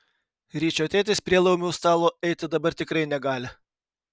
ryčio tėtis prie laumių stalo eiti dabar tikrai negali